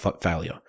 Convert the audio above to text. failure